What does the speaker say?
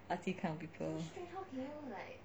artsy kind of people